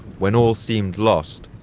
when all seemed lost,